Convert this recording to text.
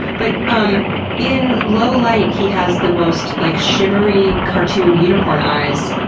but um in low light he has the most like shimmery, cartoony, unicorn eyes.